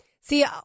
See